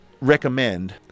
recommend